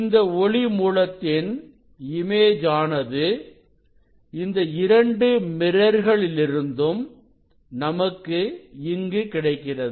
இந்த ஒளி மூலத்தின் இமேஜ் ஆனது இந்த இரண்டு மிரர்களிலிருந்தும் நமக்கு இங்கு கிடைக்கிறது